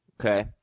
Okay